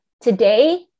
today